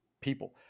people